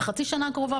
בחצי שנה הקרובה,